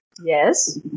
Yes